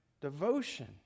devotion